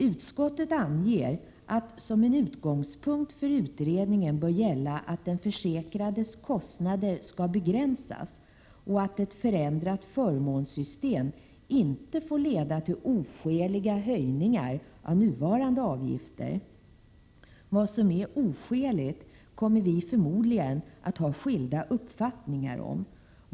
Utskottet anger att som en utgångspunkt för utredningen bör gälla att den försäkrades kostnader skall begränsas och att ett förändrat förmånssystem inte får leda till oskäliga höjningar av nuvarande avgifter. Vad som är oskäligt kommer vi förmodligen att ha skilda uppfattningar om.